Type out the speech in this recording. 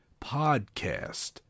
podcast